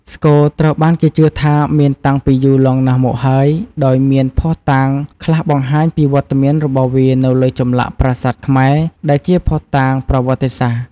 ស្គរត្រូវបានគេជឿថាមានតាំងពីយូរលង់ណាស់មកហើយ ដោយមានភស្តុតាងខ្លះបង្ហាញពីវត្តមានរបស់វានៅលើចម្លាក់ប្រាសាទខ្មែរ ដែលជាភស្តុតាងប្រវត្តិសាស្ត្រ។